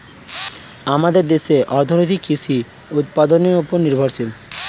আমাদের দেশের অর্থনীতি কৃষি উৎপাদনের উপর নির্ভরশীল